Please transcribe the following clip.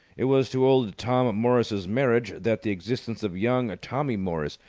it was to old tom morris's marriage that the existence of young tommy morris,